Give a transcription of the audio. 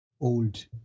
old